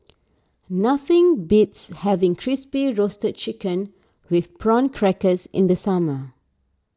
nothing beats having Crispy Roasted Chicken with Prawn Crackers in the summer